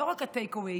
ולא רק הטייק אוויי,